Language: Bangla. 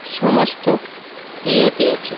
সমস্ত ইয়ে দিয়েছে